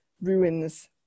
ruins